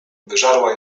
wyżarła